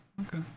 Okay